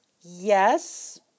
Yes